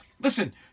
listen